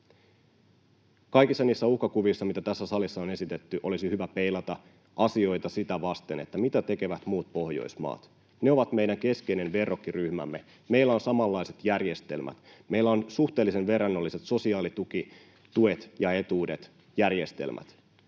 Kaikissa niissä uhkakuvissa, mitä tässä salissa on esitetty, olisi hyvä peilata asioita sitä vasten, mitä tekevät muut Pohjoismaat. Ne ovat meidän keskeinen verrokkiryhmämme. Meillä on samanlaiset järjestelmät, meillä on suhteellisen verrannolliset sosiaalituet ja -etuudet, -järjestelmät.